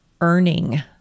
earning